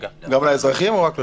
גם לאזרחים או רק לשוטרים?